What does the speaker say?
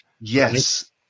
Yes